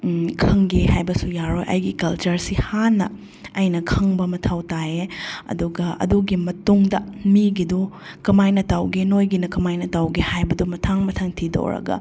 ꯈꯪꯒꯦ ꯍꯥꯏꯕꯁꯨ ꯌꯥꯔꯣꯏ ꯑꯩꯒꯤ ꯀꯜꯆꯔꯁꯦ ꯍꯥꯟꯅ ꯑꯩꯅ ꯈꯪꯕ ꯃꯊꯧ ꯇꯥꯏ ꯑꯗꯨꯒ ꯑꯗꯨꯒꯤ ꯃꯇꯨꯡꯗ ꯃꯤꯒꯤꯗꯨ ꯀꯃꯥꯏꯅ ꯇꯧꯒꯦ ꯅꯣꯏꯒꯤꯅ ꯀꯃꯥꯏꯅ ꯇꯧꯒꯦ ꯍꯥꯏꯕꯗꯣ ꯃꯊꯪ ꯃꯊꯪ ꯊꯤꯗꯣꯛꯂꯒ